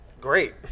Great